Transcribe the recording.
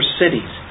cities